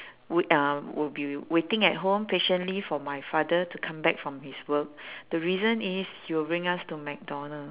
we uh will be waiting at home patiently for my father to come back from his work the reason is he will bring us to mcdonald's